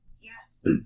Yes